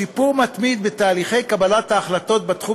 שיפור מתמיד בתהליכי קבלת ההחלטות בתחום